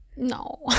No